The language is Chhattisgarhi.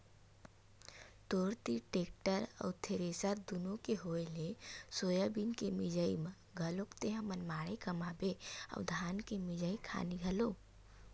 तोर तीर टेक्टर अउ थेरेसर दुनो के होय ले सोयाबीन के मिंजई म घलोक तेंहा मनमाड़े कमाबे अउ धान के मिंजई खानी घलोक